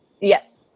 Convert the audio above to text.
yes